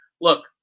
look